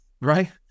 Right